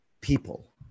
people